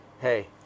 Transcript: hey